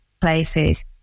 places